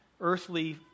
earthly